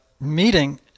meeting